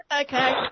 Okay